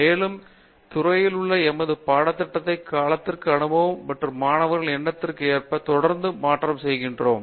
மேலும் துறையிலுள்ள எமது பாடத்திட்டத்தை காலத்திற்கு அனுபவம் மற்றும் மாணவர்களின் எண்ணத்திற்கு ஏற்ப தொடர்ந்து மாற்றம் செய்கிறோம்